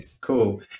Cool